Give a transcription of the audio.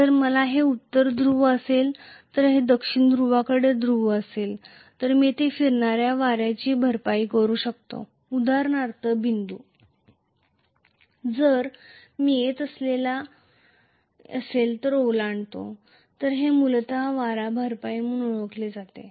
जर मला हे उत्तर ध्रुव असेल तर येथे दक्षिणेकडील ध्रुव असेल तर मी येथे फिरणाऱ्या वाऱ्याची भरपाई करू शकतो उदाहरणार्थ बिंदू माझ्याकडे क्रॉस असतील तर हे मूलत कॉम्पेन्सेटिंग विंडींग म्हणून ओळखले जाते